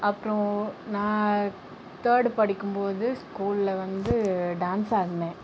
அப்புறம் நான் த்தேடு படிக்கும் போது ஸ்கூலில் வந்து டான்ஸ் ஆடுனேன்